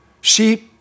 Sheep